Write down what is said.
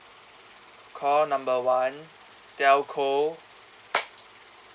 call number one telco